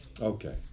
Okay